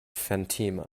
fatima